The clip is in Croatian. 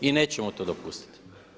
I nećemo to dopustiti.